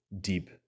deep